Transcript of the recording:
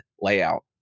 layout